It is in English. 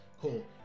Cool